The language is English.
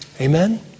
Amen